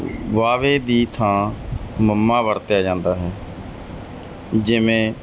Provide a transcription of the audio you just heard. ਵਾਵੇ ਦੀ ਥਾਂ ਮਮਾ ਵਰਤਿਆ ਜਾਂਦਾ ਹੈ ਜਿਵੇਂ